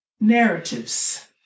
narratives